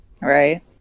right